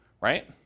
right